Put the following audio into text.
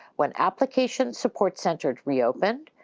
when application support centers reopened,